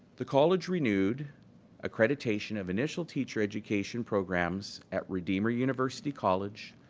the college renewed accreditation of initial teacher education programs at redeemer university college,